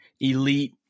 elite